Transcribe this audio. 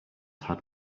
had